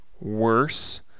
Worse